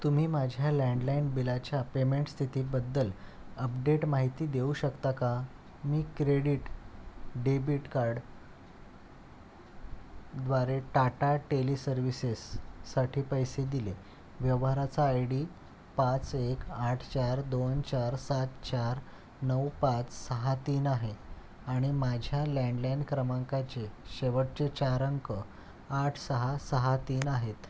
तुम्ही माझ्या लँडलाईन बिलाच्या पेमेंट स्थितीबद्दल अपडेट माहिती देऊ शकता का मी क्रेडीट डेबिट कार्डद्वारे टाटा टेलीसर्व्हिसेससाठी पैसे दिले व्यवहाराचा आय डी पाच एक आठ चार दोन चार सात चार नऊ पाच सहा तीन आहे आणि माझ्या लँडलाईन क्रमांकाचे शेवटचे चार अंक आठ सहा सहा तीन आहेत